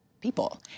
people